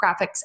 graphics